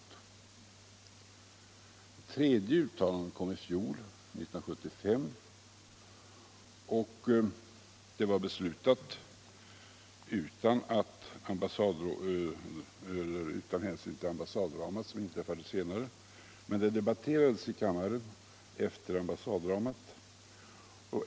Det tredje uttalandet gjordes i fjol, 1975. Det uttalandet var beslutat utan hänsyn till ambassaddramat, som inträffade senare, men frågan debatterades i kammaren efter ambassaddramat.